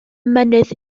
mynydd